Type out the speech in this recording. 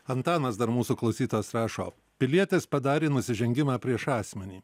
antanas dar mūsų klausytojas rašo pilietis padarė nusižengimą prieš asmenį